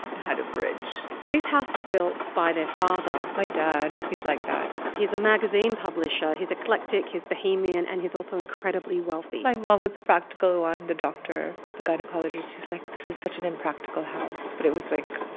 had a bridge this house is built by their father my dad he's like that he's a magazine publisher. he's eclectic. he's bohemian. and he's also incredibly wealthy my mom was the practical one, the doctor, the gynecologist. she's like, this is such an impractical house. but it was, like,